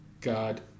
God